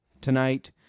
tonight